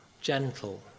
gentle